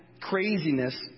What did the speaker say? craziness